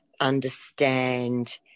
understand